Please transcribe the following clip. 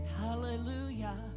Hallelujah